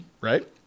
right